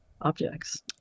objects